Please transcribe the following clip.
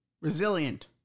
resilient